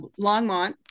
longmont